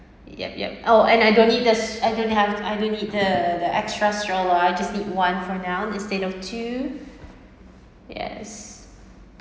yup yup oh and I don't need this I don't have I don't need the the extra stroller I just need one for now instead of two yes